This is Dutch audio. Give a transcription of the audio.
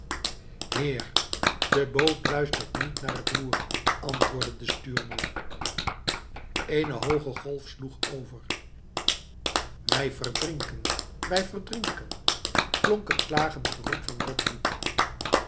de boot luistert niet naar het roer antwoordde de stuurman eene hooge golf sloeg over wij verdrinken wij verdrinken klonk het klagend geroep van